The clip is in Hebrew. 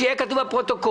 שיהיה כתוב בפרוטוקול,